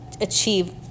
achieve